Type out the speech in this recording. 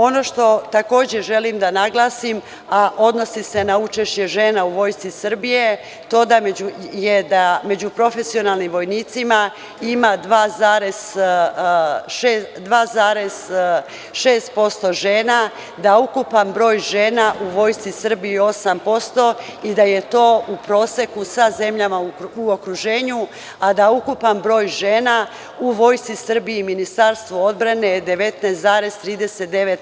Ono što takođe želim da naglasim, a odnosi se na učešće žena u Vojsci Srbije, to je da među profesionalnim vojnicima ima 2,6% žena, da ukupan broj žena u Vojsci Srbije je 8% i da je to u proseku sa zemljama u okruženju, a da ukupan broj žena u Vojsci Srbije i Ministarstvu odbrane je 19,39%